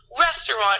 restaurant